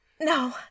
No